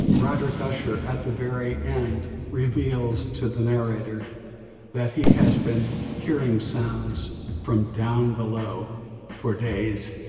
roderick usher at the very end reveals to the narrator that he has been hearing sounds from down below for days.